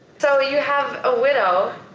so you have a widow.